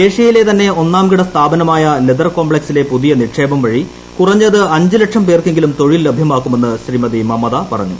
ഏഷ്യയിലെ തന്നെ ഒന്നാംകിട സ്ഥാപനമായ ലെതർ കോംപ്ലക്സിലെ പുതിയ നിക്ഷേപം വഴി കുറഞ്ഞത് അഞ്ച് ലക്ഷം പേർക്കെങ്കിലും തൊഴിൽ ലഭ്യമാക്കുമെന്ന് ശ്രീമതി മമത പറഞ്ഞു